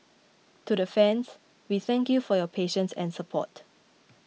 to the fans we thank you for your patience and support